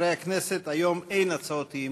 חברי הכנסת, היום אין הצעות אי-אמון,